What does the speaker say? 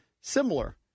similar